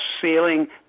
ceiling